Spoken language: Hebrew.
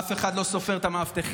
אף אחד לא סופר את המאבטחים.